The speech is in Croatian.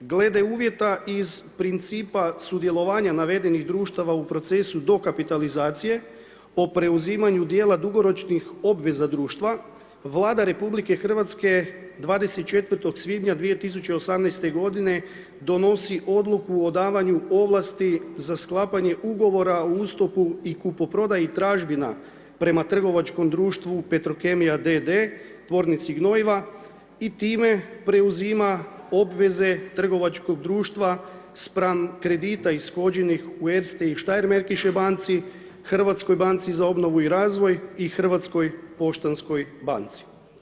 Glede uvjeta iz principa sudjelovanja navedenih društava u procesu dokapitalizacije o preuzimanju dijela dugoročnih obveza društva, Vlada RH 24. svibnja 2018. godine donosi Odluku o davanju ovlasti za sklapanje ugovora o ustupu i kupoprodaji tražbina prema trgovačkom društvu Petrokemija d.d. tvornici gnojiva i time preuzima obveze trgovačkog društva spram kredita ishođenih u ERSTE i Steiermarkische Banci, Hrvatskoj banci za obnovu i razvoj i Hrvatskoj poštanskoj banci.